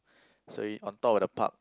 so we on top of the park